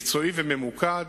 מקצועי וממוקד,